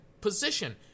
position